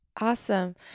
Awesome